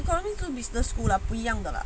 economics 就 business school 了不一样的了